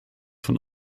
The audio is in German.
von